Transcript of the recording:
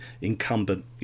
incumbent